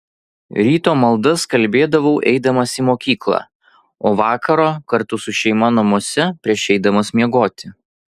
ryto maldas kalbėdavau eidamas į mokyklą o vakaro kartu su šeima namuose prieš eidamas miegoti